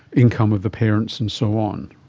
income of the parents and so on.